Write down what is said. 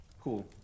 Cool